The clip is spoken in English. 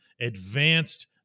advanced